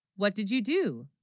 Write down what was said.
what did you do?